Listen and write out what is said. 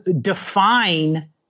define